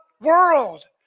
world